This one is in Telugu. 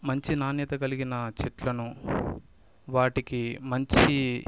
మంచి నాణ్యత కలిగిన చెట్లను వాటికి మంచి